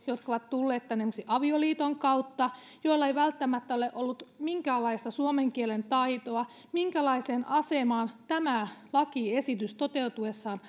jotka ovat tulleet tänne esimerkiksi avioliiton kautta joilla ei välttämättä ole ollut minkäänlaista suomen kielen taitoa minkälaiseen asemaan tämä lakiesitys toteutuessaan